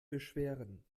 beschweren